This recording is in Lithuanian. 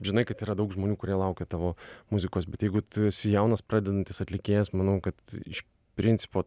žinai kad yra daug žmonių kurie laukia tavo muzikos bet jeigu tu esi jaunas pradedantis atlikėjas manau kad iš principo